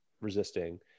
resisting